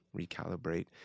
recalibrate